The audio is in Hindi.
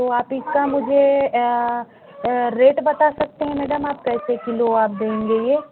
तो आप इसका मुझे रेट बता सकते हैं मैडम आप कैसे किलो आप देंगे ये